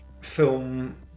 film